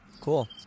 cool